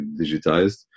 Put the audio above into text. digitized